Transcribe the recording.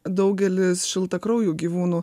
daugelis šiltakraujų gyvūnų